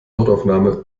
notaufnahme